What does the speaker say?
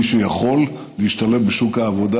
מי שיכול להשתלב בשוק העבודה,